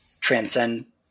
transcend